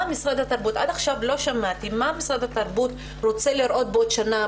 עד עכשיו לא שמעתי מה משרד התרבות רוצה לראות בעוד שנה,